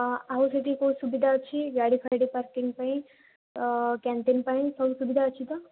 ଆଉ ଯଦି କେଉଁ ସୁବିଧା ଅଛି ଗାଡ଼ି ଫାଡ଼ି ପାର୍କିଙ୍ଗ ପାଇଁ କ୍ୟାଣ୍ଟିନ ପାଇଁ ସବୁ ସୁବିଧା ଅଛି ତ